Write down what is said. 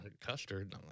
Custard